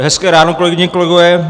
Hezké ráno, kolegyně, kolegové.